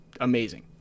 amazing